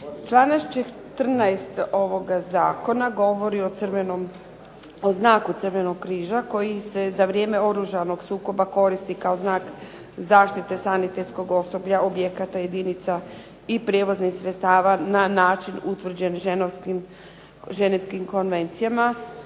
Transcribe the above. Članak 14. ovoga zakona govori o crvenom, o znaku Crvenog križa koji se za vrijeme oružanog sukoba koristi kao znak zaštite sanitetskog osoblja objekata jedinica i prijevoznih sredstava na način utvrđen ženevskim konvencijama.